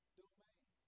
domain